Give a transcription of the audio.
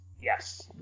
yes